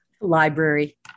Library